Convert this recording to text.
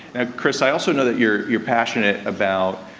kris, i also know that you're you're passionate about